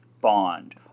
Bond—